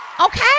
Okay